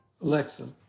Alexa